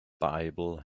bible